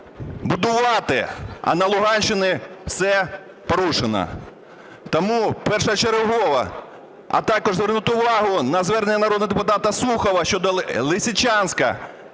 будувати, а на Луганщині все порушено. Тому першочергово також звернути увагу на звернення народного депутата Сухова щодо Лисичанська,